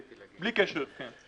בלי קשר, כן.